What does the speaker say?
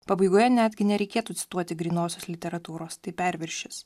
pabaigoje netgi nereikėtų cituoti grynosios literatūros tai perviršis